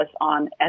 on